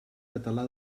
català